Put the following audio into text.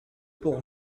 pour